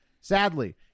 Sadly